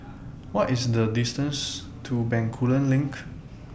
What IS The distance to Bencoolen LINK